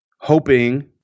hoping